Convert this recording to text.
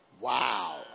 Wow